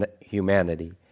humanity